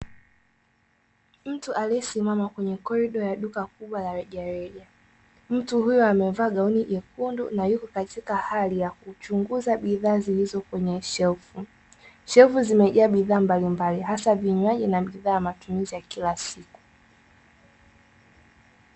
Mtu aliyesimama kwenye korido ya duka kubwa la rejareja, mtu huyu amevaa gauni jekundu na yuko katika hali ya kuchunguza bidhaa zilizo kwenye shelfu. Shelfu zimejaa bidhaa mbalimbali hasa vinywaji na bidhaa za matumizi ya kila siku.